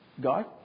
God